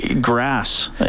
grass